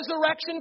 resurrection